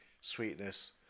sweetness